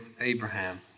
Abraham